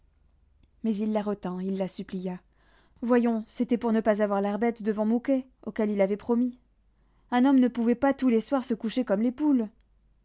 mais il la retint il la supplia voyons c'était pour ne pas avoir l'air bête devant mouquet auquel il avait promis un homme ne pouvait pas tous les soirs se coucher comme les poules